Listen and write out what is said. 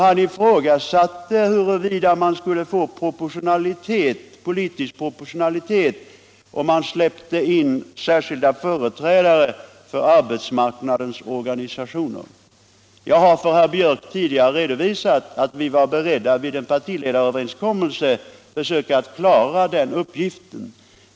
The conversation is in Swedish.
Han ifrågasatte huruvida man skulle få politiskt proportionalitet om man släppte in särskilda företrädare för arbetsmarknadens organisationer. Jag har för herr Björck tidigare redovisat att vi var beredda att vid en partiledaröverenskommelse försöka klara den uppgiften.